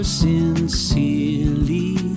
sincerely